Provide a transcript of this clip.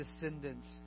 descendants